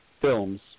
films